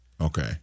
Okay